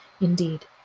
Indeed